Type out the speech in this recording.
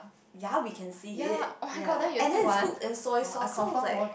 ya we can see it ya and then it's cooked in soy sauce so looks like